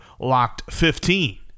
LOCKED15